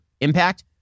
impact